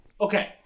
Okay